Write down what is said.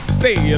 stay